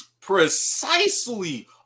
Precisely